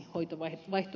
rouva puhemies